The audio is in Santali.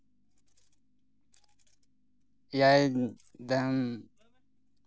ᱮᱭᱟᱭ